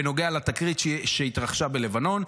בנוגע לתקרית שהתרחשה בלבנון.